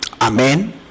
Amen